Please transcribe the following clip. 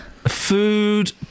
Food